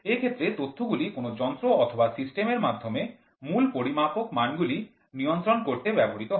এক্ষেত্রে তথ্যগুলি কোন যন্ত্র অথবা সিস্টেমের মাধ্যমে মূল পরিমাপক মানগুলি নিয়ন্ত্রণ করতে ব্যবহৃত হয়